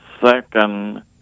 second